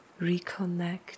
Reconnect